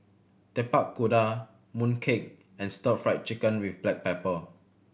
Tapak Kuda mooncake and Stir Fried Chicken with black pepper